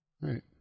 Right